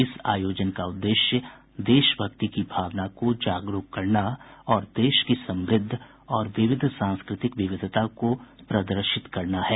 इस आयोजन का उद्देश्य देशभक्ति की भावना को जागरूक करना और देश की समृद्ध और विविध सांस्कृतिक विविधता को प्रदर्शित किया है